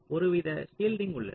ஒருவித ஷீல்டிங் உள்ளது